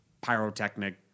pyrotechnic